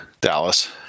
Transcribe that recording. Dallas